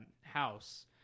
House